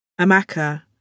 Amaka